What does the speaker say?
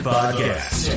Podcast